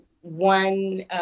one